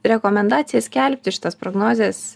rekomendacijas skelbti šitas prognozes